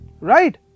right